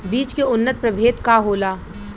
बीज के उन्नत प्रभेद का होला?